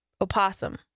Opossum